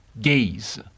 gaze